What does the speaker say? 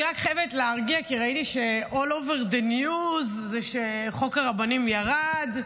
אני חייבת להרגיע כי ראיתי ש-all over the news זה שחוק הרבנים ירד.